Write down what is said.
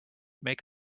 make